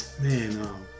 man